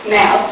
now